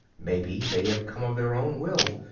maybe they have come of their own will.